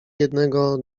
jednego